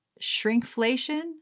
shrinkflation